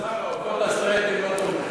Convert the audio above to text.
השר, העופות הסטרייטים לא תומכים.